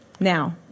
Now